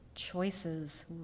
choices